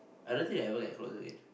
I don't think they ever get close again